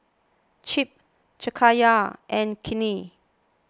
Chip Jakayla and Kinley